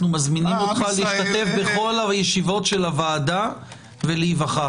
אנחנו מזמינים אותך להשתתף בכל ישיבות הועדה ולהיווכח.